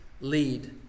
lead